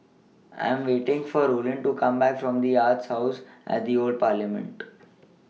I Am waiting For Rollin to Come Back from The Arts House At The Old Parliament